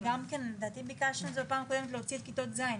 לדעתי ביקשנו בפעם הקודמת להוציא את כיתות ז',